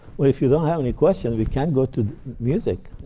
well if you don't have any questions we can't go to the music.